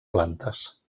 plantes